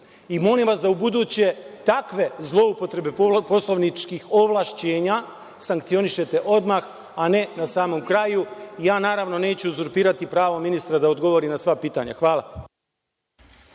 Molim vas da ubuduće takve zloupotrebe poslovničkih ovlašćenja sankcionišete odmah, a ne na samom kraju. Ja, naravno, neću uzurpirati pravo ministra da odgovori na sva pitanja. Hvala.